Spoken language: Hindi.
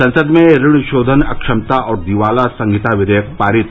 संसद में ऋण शोधन अक्षमता और दिवाला संहिता विघेयक पारित